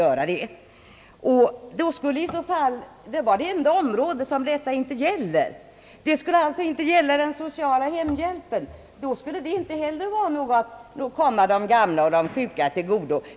Om så inte är fallet, skulle förhållandena på detta område vara något alldeles enastående. Här måste ju gälla samma sak som i fråga om t.ex. den sociala hembhjälpen. Ingen vill väl påstå att inte statsbidraget till kommunerna kommer de gamla och sjuka till godo.